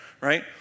right